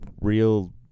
real